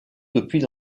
depuis